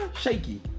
shaky